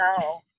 no